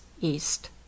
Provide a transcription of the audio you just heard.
east